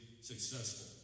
successful